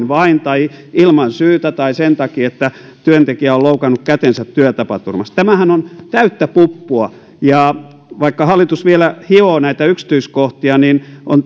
vain tai ilman syytä tai sen takia että työntekijä on loukannut kätensä työtapaturmassa tämähän on täyttä puppua vaikka hallitus vielä hioo näitä yksityiskohtia niin on